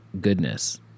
Goodness